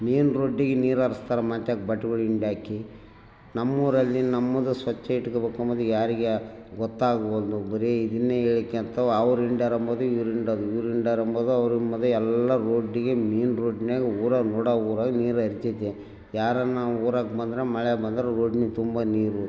main ರೊಡ್ಡಿಗೆ ನೀರು ಹರಿಸ್ತಾರಾ ಮತ್ತು ಬಟ್ಟೆಗಳು ಹಿಂಡ್ಯಾಕಿ ನಮ್ಮೂರಲ್ಲಿ ನಮ್ಮದು ಸ್ವಚ್ಛ ಇಟ್ಕೋಬೇಕು ಅಂಬೊದು ಯಾರಿಗೆ ಗೊತ್ತಾಗ್ವಲ್ದು ಬರೇ ಇದನ್ನೇ ಹೇಳ್ಕೊಂತ ಅವ್ರು ಹಿಂಡಾರ ಅಂಬುದು ಇವ್ರು ಹಿಂಡೋದ್ ಇವ್ರು ಹಿಂಡ್ಯಾರೆ ಅಂಬುದು ಅವ್ರುಂಬುದು ಎಲ್ಲ ರೊಡಿಗೆ ಮೇನ್ ರೋಡ್ನಾಗೆ ಊರಾಗ ನಡೋ ಊರಾಗ್ ನೀರು ಹರೀತತೇ ಯಾರನ ನಾವು ಊರಾಗೆ ಬಂದರೆ ಮಳೆ ಬಂದರೆ ರೋಡ್ನಗೆ ತುಂಬ ನೀರು